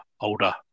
older